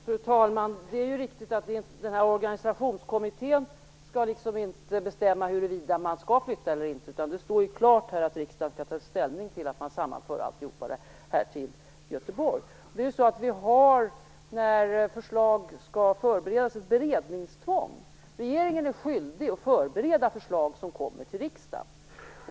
Fru talman! Det är riktigt att organisationskommittén inte skall bestämma huruvida man skall flytta eller inte. Det står klart i propositionen att riksdagen skall ta ställning till att alltihop sammanförs till Göteborg. Men nu är det så att när förslag skall beredas har vi ett beredningstvång. Regeringen är skyldig att bereda förslag som kommer till riksdagen.